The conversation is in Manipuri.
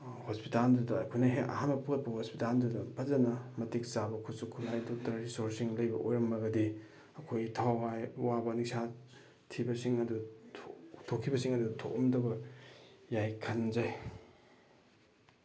ꯍꯣꯁꯄꯤꯇꯥꯜꯗꯨꯗ ꯑꯩꯈꯣꯏꯅ ꯍꯦꯛ ꯑꯍꯥꯟꯕ ꯄꯨꯔꯛꯄ ꯍꯣꯁꯄꯤꯇꯥꯜꯗꯨꯗ ꯐꯖꯅ ꯃꯇꯤꯛ ꯆꯥꯕ ꯈꯨꯠꯁꯨ ꯈꯨꯠꯂꯥꯏ ꯗꯣꯛꯇꯔ ꯔꯤꯁꯣꯔꯁꯁꯤꯡ ꯂꯩꯕ ꯑꯣꯏꯔꯝꯂꯒꯗꯤ ꯑꯩꯈꯣꯏ ꯊꯋꯥꯏ ꯋꯥꯕ ꯅꯤꯡꯁꯥ ꯊꯤꯕꯁꯤꯡ ꯑꯗꯨ ꯊꯣꯛꯈꯤꯕꯁꯤꯡ ꯑꯗꯨ ꯊꯣꯛꯂꯝꯗꯕ ꯌꯥꯏ ꯈꯟꯖꯩ